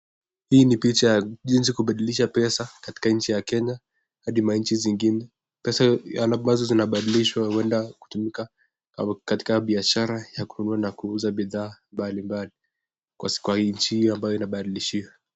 Hii ni picha ya jinsi kubadilisha pesa katika nchi ya Kenya hadi nchi zingine. Pesa ambazo zinabadilishwa huenda kutumika katika biashara ya kununua na kuuza bidhaa mbalimbali kwa nchi ambayo inabadilishiwa.